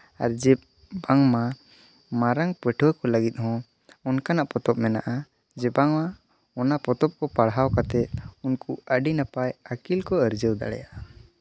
ᱟᱨ ᱡᱮ ᱵᱟᱝᱢᱟ ᱢᱟᱨᱟᱝ ᱯᱟᱹᱴᱷᱩᱣᱟᱹ ᱠᱚ ᱞᱟᱹᱜᱤᱫ ᱦᱚᱸ ᱚᱱᱠᱟᱱᱟᱜ ᱯᱚᱛᱚᱵ ᱢᱮᱱᱟᱜᱼᱟ ᱵᱟᱝᱢᱟ ᱚᱱᱟ ᱯᱚᱛᱚᱵ ᱠᱚ ᱯᱟᱲᱦᱟᱣ ᱠᱟᱛᱮ ᱩᱱᱠᱩ ᱟᱹᱰᱤ ᱱᱟᱯᱟᱭ ᱟᱹᱠᱤᱞ ᱠᱚ ᱟᱨᱡᱟᱣ ᱫᱟᱲᱮᱭᱟᱜᱼᱟ